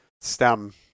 stem